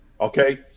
Okay